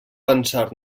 pensar